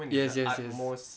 yes yes yes